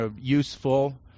useful